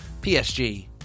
psg